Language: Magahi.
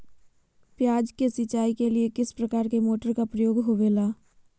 प्याज के सिंचाई के लिए किस प्रकार के मोटर का प्रयोग होवेला?